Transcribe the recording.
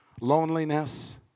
loneliness